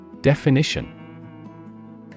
Definition